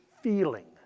feeling